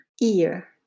Ear